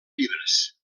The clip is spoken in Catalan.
llibres